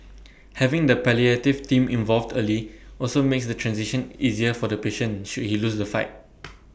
having the palliative team involved early also makes the transition easier for the patient should he lose the fight